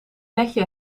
netje